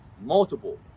Multiple